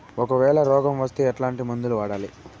ఒకవేల రోగం వస్తే ఎట్లాంటి మందులు వాడాలి?